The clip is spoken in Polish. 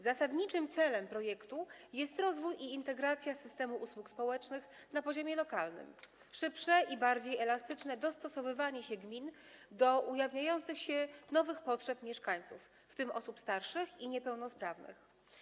Zasadniczym celem projektu jest rozwój i integracja systemu usług społecznych na poziomie lokalnym, szybsze i bardziej elastyczne dostosowywanie się gmin do ujawniających się nowych potrzeb mieszkańców, w tym osób starszych i niepełnosprawnych.